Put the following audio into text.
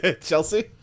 Chelsea